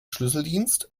schlüsseldienst